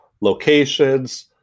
locations